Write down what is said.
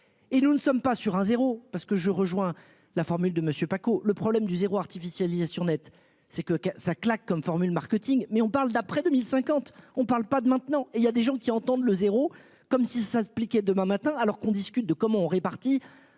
et nous ne sommes pas sur un zéro parce que je rejoins la formule de Monsieur Paco le problème du zéro artificialisation nette c'est que ça claque comme formule marketing mais on parle d'après 2050. On ne parle pas de maintenant et il y a des gens qui entendent le zéro comme si s'impliquer demain matin alors qu'on discute de comment on répartit